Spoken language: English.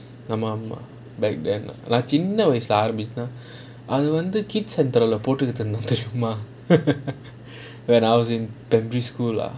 ஆமா ஆமா:aamaa aamaa back then lah நான் சின்ன வயசுல ஆரம்பிச்சேன் அத வந்து:naan chinna vayasula aarambichaen atha vanthu kids centre leh போட்டுட்டு இருந்தேன் தெரியுமா:potuttu irunthaen teriyumaa when I was in primary school ah